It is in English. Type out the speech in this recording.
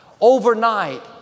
overnight